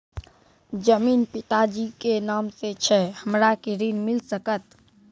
जमीन पिता जी के नाम से छै हमरा के ऋण मिल सकत?